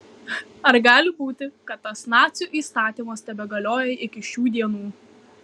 ar gali būti kad tas nacių įstatymas tebegalioja iki šių dienų